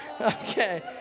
Okay